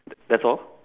t~ that's all